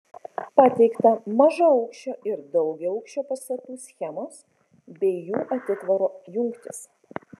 pateikta mažaaukščio ir daugiaaukščio pastatų schemos bei jų atitvarų jungtys